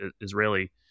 Israeli